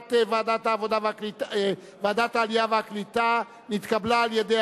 שהודעת ועדת העלייה והקליטה נתקבלה על-ידי